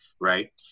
right